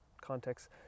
context